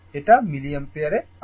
এটা মিলিঅ্যাম্পিয়ারে আছে